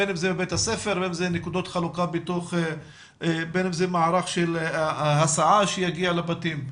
בין אם זה בבתי הספר ובין אם מערך של הסעה שיגיע לבתים.